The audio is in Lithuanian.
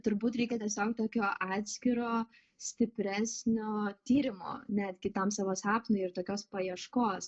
turbūt reikia tiesiog tokio atskiro stipresnio tyrimo netgi tam savo sapnui ir tokios paieškos